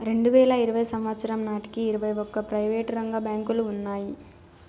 రెండువేల ఇరవై సంవచ్చరం నాటికి ఇరవై ఒక్క ప్రైవేటు రంగ బ్యాంకులు ఉన్నాయి